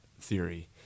theory